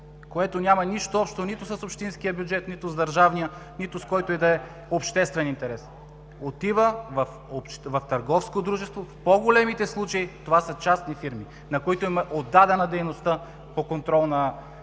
Това няма нищо общо с общинския и държавния бюджет, нито с който и да е обществен интерес, отива в търговско дружество. В по-големите случаи това са частни фирми, на които е отдадена дейността по контрол за паркиране.